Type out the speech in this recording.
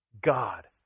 God